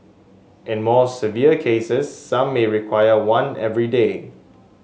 in more severe cases some may require one every day